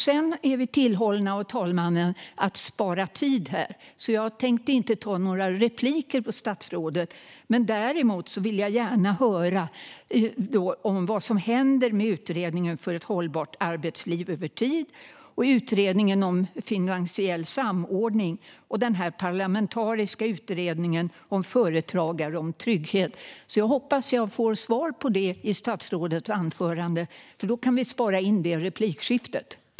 Vi är uppmanade av talmannen att spara tid. Jag tänker därför inte ta några repliker på statsrådet. Jag vill däremot gärna höra vad som händer med Utredningen för hållbart arbetsliv över tid, med utredningen om finansiell samordning och med den parlamentariska utredningen om företagare och trygghet. Jag hoppas få svar på det i statsrådets anförande, så att vi kan spara in det replikskiftet.